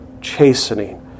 chastening